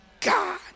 God